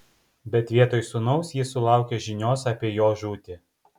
bet vietoj sūnaus ji sulaukė žinios apie jo žūtį